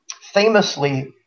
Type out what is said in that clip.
famously